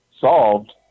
solved